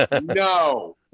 No